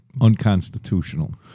unconstitutional